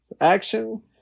action